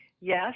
yes